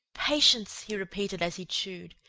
patience! he repeated as he chewed.